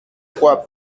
quoi